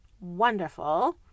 wonderful